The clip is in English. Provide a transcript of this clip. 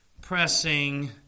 pressing